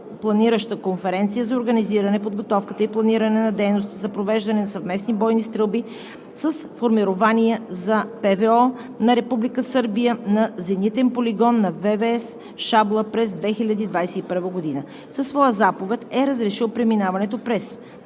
планираща конференция за организиране подготовката и планиране на дейности за провеждане на съвместни бойни стрелби с формирование за ПВО на Република Сърбия на зенитен полигон на ВВС „Шабла“ през 2021 г. Със своя заповед е разрешил преминаването през и